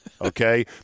okay